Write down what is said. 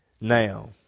Now